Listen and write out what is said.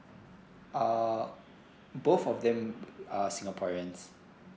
uh both of them are singaporeans